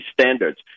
standards